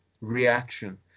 reaction